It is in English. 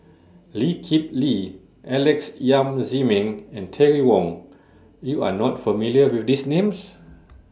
Lee Kip Lee Alex Yam Ziming and Terry Wong YOU Are not familiar with These Names